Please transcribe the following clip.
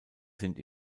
sind